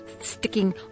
sticking